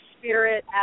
spirit